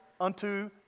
unto